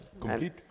Complete